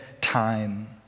time